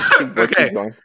okay